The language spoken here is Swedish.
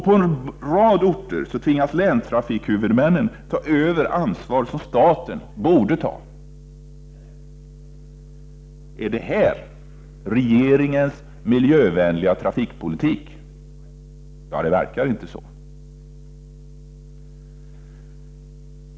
På en rad orter tvingas länstrafikhuvudmännen att ta över det ansvar som staten borde ta. Är det här regeringens miljövänliga trafikpolitik? Det verkar inte så!